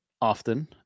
often